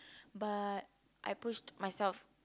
but I pushed myself